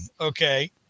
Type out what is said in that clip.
Okay